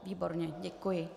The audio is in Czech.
Výborně, děkuji.